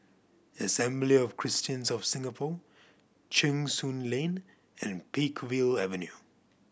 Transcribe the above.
Assembly of Christians of Singapore Cheng Soon Lane and Peakville Avenue